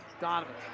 Donovan